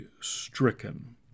stricken